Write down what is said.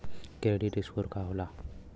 Credit score का होला?